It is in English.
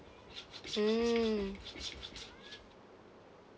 mm